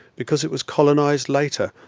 because it was colonized later,